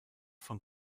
von